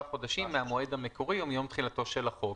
חודשים מהמועד המקורי או מיום תחילתו של החוק,